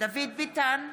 דוד ביטן,